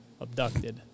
abducted